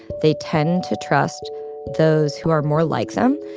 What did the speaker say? they tend to trust those who are more like them.